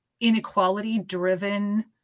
inequality-driven